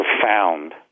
profound